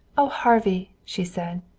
oh, harvey! she said.